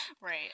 Right